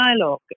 Dialogue